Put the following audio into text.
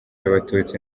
abatutsi